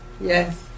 Yes